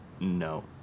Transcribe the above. No